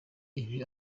ibi